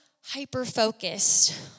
hyper-focused